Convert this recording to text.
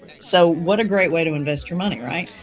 so what a great way to invest your money, right?